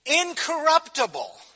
incorruptible